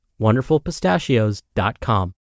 WonderfulPistachios.com